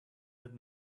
had